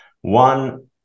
One